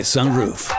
Sunroof